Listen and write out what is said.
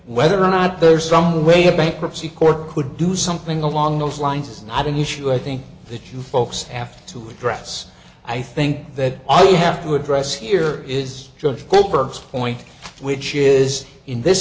whether or not there's some way the bankruptcy court could do something along those lines is not an issue i think that you folks after to address i think that all you have to address here is judge clifford's point which is in this